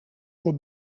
voor